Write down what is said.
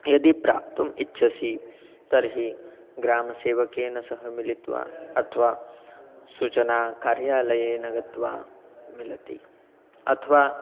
यदि प्राप्तुम् इच्छसि तर्हि ग्रामसेवकेन सह मिलित्वा अथवा सूचनाकार्यालये गत्वा मिलति अथवा